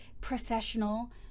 professional